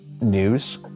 news